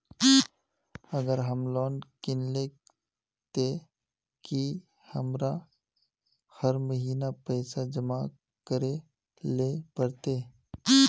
अगर हम लोन किनले ते की हमरा हर महीना पैसा जमा करे ले पड़ते?